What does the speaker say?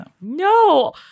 No